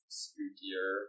spookier